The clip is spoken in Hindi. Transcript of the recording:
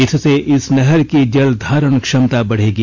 इससे इसे नहर की जलधारण क्षमता बढ़ेगी